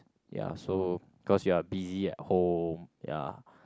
ya so cause you're busy at home ya